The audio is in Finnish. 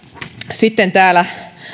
sitten täällä